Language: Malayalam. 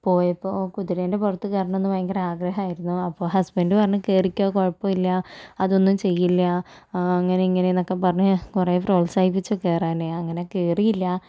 പോയപ്പോൾ കുതിരേൻ്റെ പുറത്ത് കയറണമെന്ന് ഭയങ്കര ആഗ്രഹമായിരുന്നു അപ്പോൾ ഹസ്ബൻഡ് പറഞ്ഞു കയറിക്കോ കുഴപ്പമില്ല അതൊന്നും ചെയ്യില്ല അങ്ങനെ ഇങ്ങനെയെന്നൊക്കെ പറഞ്ഞ് കുറേ പ്രോത്സാഹിപ്പിച്ചു കയറാനായി അങ്ങനെ കയറിയില്ല